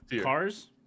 cars